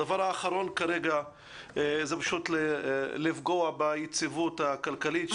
הדבר האחרון כרגע הוא לפגוע ביציבות הכלכלית.